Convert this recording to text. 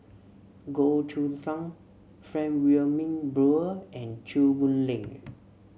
Goh Choo San Frank Wilmin Brewer and Chew Boon Link